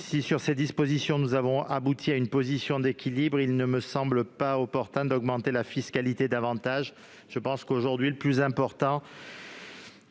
Si, sur ces dispositions, nous avons abouti à une position d'équilibre, il ne me semble pas opportun d'augmenter la fiscalité davantage. Il me paraît préférable d'accompagner